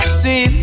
see